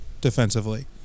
defensively